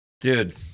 Dude